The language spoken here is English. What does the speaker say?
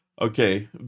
okay